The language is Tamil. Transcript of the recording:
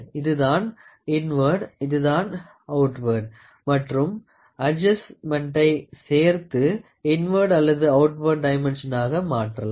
இதுதான் இன்வர்டு இதுதான் அவுட்வர்டு மற்றும் அட்டச்மெண்ட்டை சேர்த்து இன்வர்டு அல்லது அவுட்வர்டு டைமென்ஷனாக மாற்றலாம்